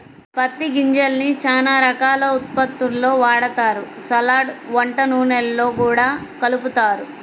పత్తి గింజల్ని చానా రకాల ఉత్పత్తుల్లో వాడతారు, సలాడ్, వంట నూనెల్లో గూడా కలుపుతారు